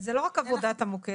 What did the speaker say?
זה לא רק עבודת מוקד,